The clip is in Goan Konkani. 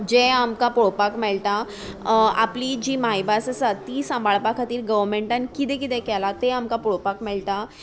जें आमकां पळोवपाक मेळटा आपली जी मायभास आसा ती सांबाळपा खातीर गोवमेंटान कितें किदें केलां तें आमकां पळोवपाक मेळटा